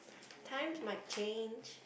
times might change